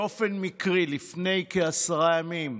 באופן מקרי לפני כעשרה ימים,